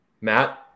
Matt